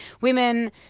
women